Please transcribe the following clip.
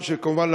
כמובן,